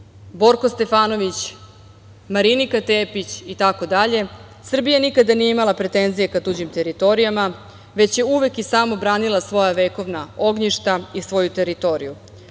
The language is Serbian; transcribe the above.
Borko Stefanović, Marinika Tepić itd. Srbija nikada nije imala pretenzije ka tuđim teritorijama, već je uvek i samo branila svoja vekovna ognjišta i svoju teritoriju.